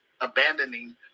abandoning